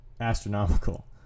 astronomical